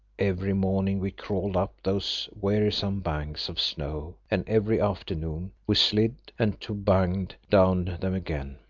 every morning we crawled up those wearisome banks of snow, and every afternoon we slid and tobogganed down them again,